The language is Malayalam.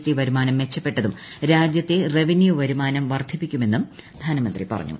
ടി വരുമാനം മെച്ചപ്പെട്ടതും രാജ്യത്തെ റവന്യൂ വരുമാനം വർദ്ധിപ്പിക്കുമെന്നും ധനമന്ത്രി പറഞ്ഞു